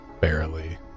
barely